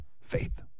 Faith